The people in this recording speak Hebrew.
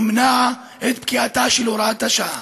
ומנע את פקיעתה של הוראת השעה.